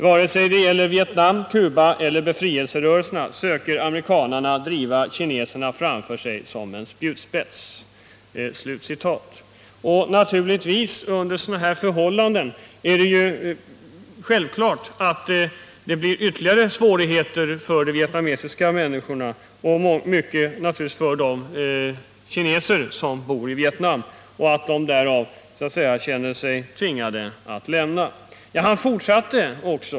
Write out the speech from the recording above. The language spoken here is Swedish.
Vare sig det gäller Vietnam, Kuba eller befrielserörelserna söker amerikanarna driva kineserna framför sig som en spjutspets.” Naturligtvis är det under sådana här förhållanden självklart att det uppstår ytterligare svårigheter för de vietnamesiska människorna och i hög grad för de kineser som bor i Vietnam och att de därav så att säga känner sig tvingade att lämna landet.